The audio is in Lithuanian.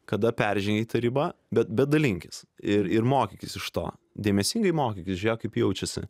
kada peržengei ribą bet bet dalinkis ir ir mokykis iš to dėmesingai mokykis žiūrėk kaip jaučiasi